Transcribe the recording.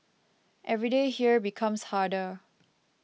every day here becomes harder